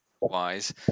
wise